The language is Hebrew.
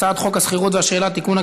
הצעת חוק השכירות והשאילה (תיקון,